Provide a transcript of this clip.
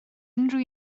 unrhyw